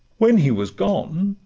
when he was gone,